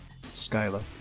Skyla